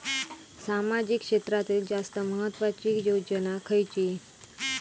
सामाजिक क्षेत्रांतील जास्त महत्त्वाची योजना खयची?